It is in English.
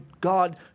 God